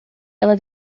ela